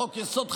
לחוק-יסוד החקיקה,